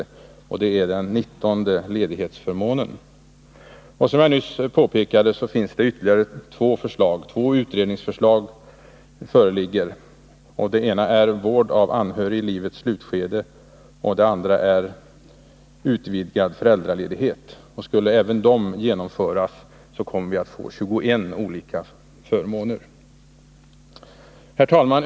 Som jag nyss påpekade föreligger utredningsförslag om ytterligare två anledningar till ledighet, nämligen Skulle även dessa genomföras kommer vi alltså att få 21 olika förmåner. Herr talman!